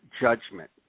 judgment